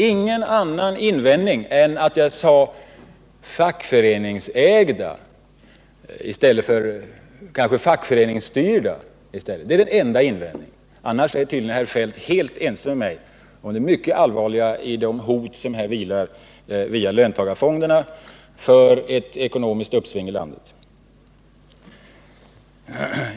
— ingen annan invändning att komma med än att jag sade fackföreningsägda i stället för fackföreningsstyrda. Det var hans enda invändning; annars är tydligen herr Feldt helt ense med mig om det mycket allvarliga i det hot som löntagarfonderna utgör mot ett ekonomiskt uppsving i landet.